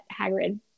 Hagrid